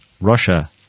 Russia